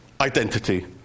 identity